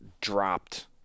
dropped